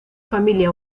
familia